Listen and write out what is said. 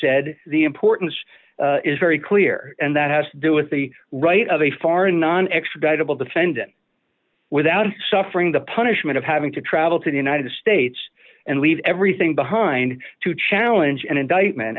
said the importance is very clear and that has to do with the right of a foreign non extraditable defendant without suffering the punishment of having to travel to the united states and leave everything behind to challenge an indictment